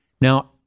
Now